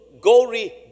gory